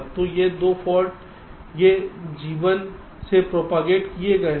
तो ये 2 फाल्ट ये G1 से प्रोपागेट किए गए हैं